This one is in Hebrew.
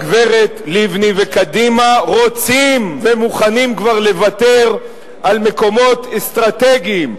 הגברת לבני וקדימה רוצים ומוכנים כבר לוותר על מקומות אסטרטגיים,